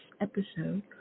episode